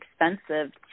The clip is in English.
expensive